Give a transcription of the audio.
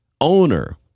owner